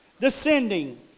descending